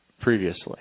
previously